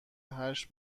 هشت